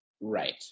Right